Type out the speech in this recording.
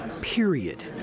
period